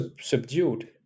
subdued